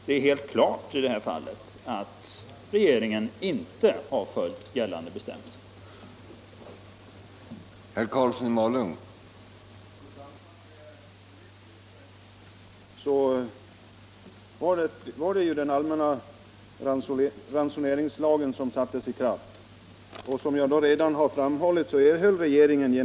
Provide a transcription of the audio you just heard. Det är i detta fall helt klart att regeringen inte har följt gällande bestämmelser.